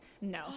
no